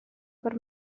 per